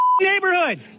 neighborhood